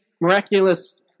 miraculous